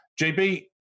jb